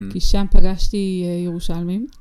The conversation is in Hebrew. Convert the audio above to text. כי שם פגשתי ירושלמים.